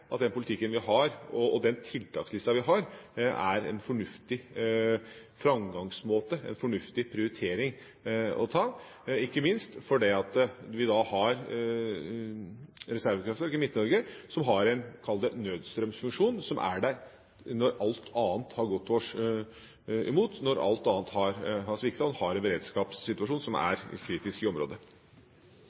at den politikken vi har og den tiltakslista vi har, er en fornuftig framgangsmåte – en fornuftig prioritering å ta – ikke minst fordi vi har reservekraftverk i Midt-Norge som har en nødstrømsfunksjon som er der når alt annet har gått oss imot, når alt annet har sviktet, og vi har en beredskapssituasjon som er kritisk i området.